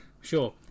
Sure